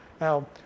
Now